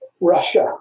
Russia